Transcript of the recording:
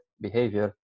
behavior